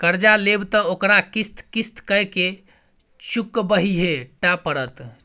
कर्जा लेब त ओकरा किस्त किस्त कए केँ चुकबहिये टा पड़त